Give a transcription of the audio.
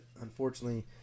unfortunately